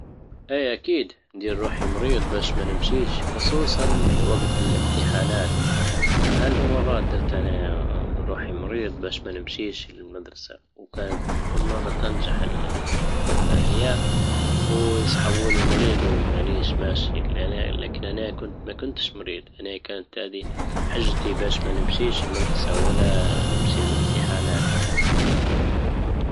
ايه اكيد ندير روحي مريض باش ما نمشيش خصوصا وجت الامتحانات هل بمرات درت انا روحي مريض باش ما نمشيش للمدرسة وكانت الكل مرة تنجح الخطة هيا ويسحبوني مريض ومانيش ماشي لكن اننا كنت- ما كنتش مريض انا كانت هذه حجتي باش ما نمشيش المدرسة ولا نمشي للامتحانات